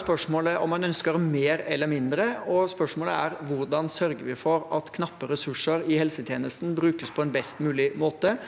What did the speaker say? Spørsmålet er om man ønsker mer eller mindre av det, og spørsmålet er hvordan vi sørger for at knappe ressurser i helsetjenesten brukes på en best mulig måte,